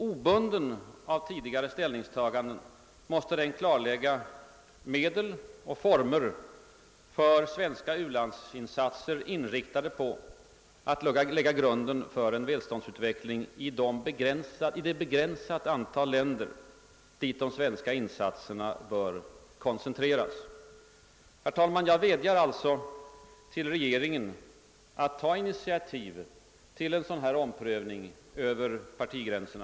Obunden av tidigare ställningstaganden måste den klarlägga medel och former för svenska u-landsinsatser, inriktade på att lägga grunden till en välståndsutveckling i det begränsade antal länder dit de svenska insatserna bör koncentreras. Herr talman! Jag vädjar alltså till regeringen att ta initiativ till en sådan omprövning över partigränserna.